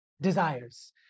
desires